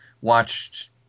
watched